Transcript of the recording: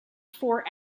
four